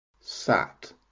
sat